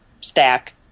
stack